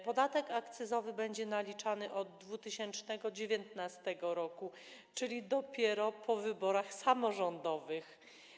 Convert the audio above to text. Podatek akcyzowy będzie naliczany od 2019 r., czyli dopiero po wyborach samorządowych.